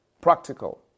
practical